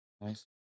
nice